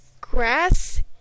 Grass